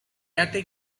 attic